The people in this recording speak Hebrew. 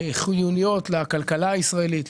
חיוניות לכלכלה הישראלית,